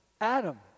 Adam